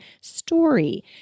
story